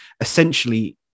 essentially